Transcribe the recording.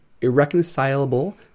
Irreconcilable